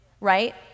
right